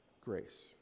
grace